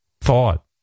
thought